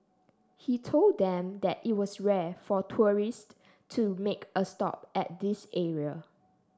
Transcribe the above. he told them that it was rare for tourists to make a stop at this area